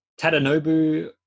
Tadanobu